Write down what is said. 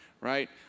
right